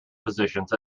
positions